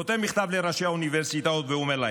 הוא כותב מכתב לראשי האוניברסיטאות והוא אומר להם: